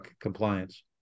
compliance